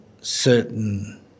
certain